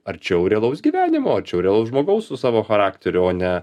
arčiau realaus gyvenimo arčiau realaus žmogaus su savo charakteriu o ne